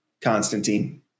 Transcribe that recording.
Constantine